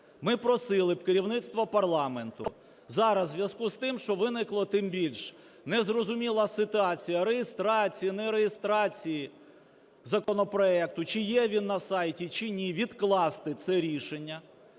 Ми просили б керівництво парламенту зараз у зв'язку з тим, що виникла тим більш незрозуміла ситуація реєстрації, не реєстрації законопроекту, чи є він на сайті, чи ні, відкласти це рішення.